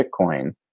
Bitcoin